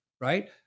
right